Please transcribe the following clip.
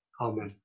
amen